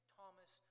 Thomas